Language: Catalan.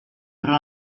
però